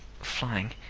flying